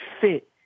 fit